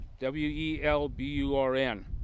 w-e-l-b-u-r-n